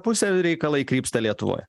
pusę reikalai krypsta lietuvoj